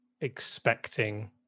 expecting